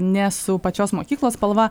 ne su pačios mokyklos spalva